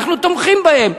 אנחנו תומכים בהם.